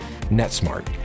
NetSmart